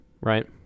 right